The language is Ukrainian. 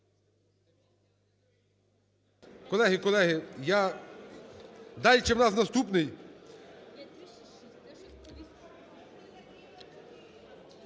Колеги, колеги, я… Далі ще у нас наступний